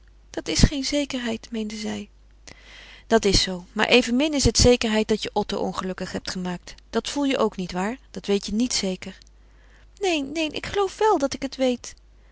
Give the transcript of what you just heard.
dat dat is geen zekerheid weende zij dat is zoo maar evenmin is het zekerheid dat je otto ongelukkig hebt gemaakt dat voel je ook nietwaar dat weet je niet zeker neen neen ik geloof wel dat ik het weet